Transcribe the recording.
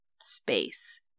space